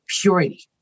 purity